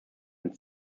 den